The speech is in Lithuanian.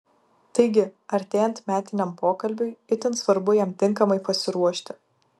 taigi artėjant metiniam pokalbiui itin svarbu jam tinkamai pasiruošti